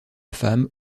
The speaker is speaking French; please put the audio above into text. femme